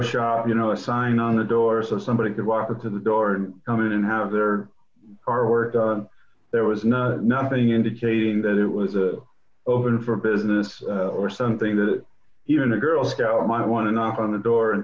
shop you know a sign on the door so somebody could walk up to the door and come in and have their car or there was no nothing indicating that it was a open for business or something that even a girl scout my want to knock on the door and